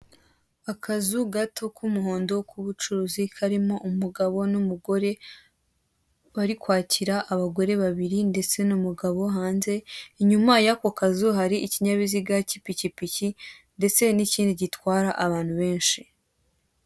Akazu gato k'umuhondo k'ubucuruzi karimo umugabo n'umugore bari kwakira abagore babiri ndetse n'umugabo hanze, inyuma y'ako kazu hari ikinyabiziga k'ipikipiki ndetse n'ikindi gitwara abantu benshi.